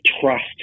trust